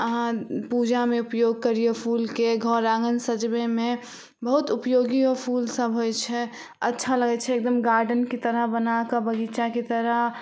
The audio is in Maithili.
अहाँ पूजामे उपयोग करियौ फूलके घर आँगन सजबैमे बहुत उपयोगी फूल सब होइ छै अच्छा लगै छै एकदम गार्डन कि तरह बना कऽ बगीचा कि तरह